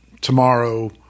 tomorrow